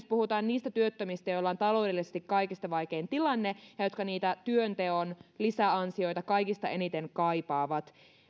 puhutaan niistä työttömistä joilla on taloudellisesti kaikista vaikein tilanne ja jotka niitä työnteon lisäansioita kaikista eniten kaipaavat lisäksi